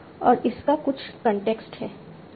और इसका कुछ कॉन्टेक्स्ट है